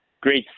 Great